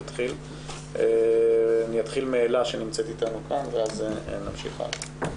אני אתחיל מאלה שנמצאת איתנו כאן ואז נמשיך הלאה.